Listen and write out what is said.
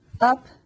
up